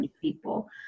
people